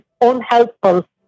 unhelpful